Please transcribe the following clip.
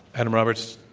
adam roberts.